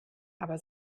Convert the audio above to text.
aber